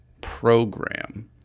program